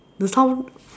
the sound